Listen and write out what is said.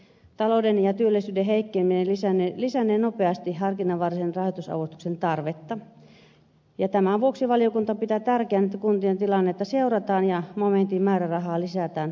talouden ja työllisyyden heikkeneminen lisännee nopeasti harkinnanvaraisen rahoitusavustuksen tarvetta ja tämän vuoksi valiokunta pitää tärkeänä että kuntien tilannetta seurataan ja momentin määrärahaa lisätään tarvittaessa